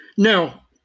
Now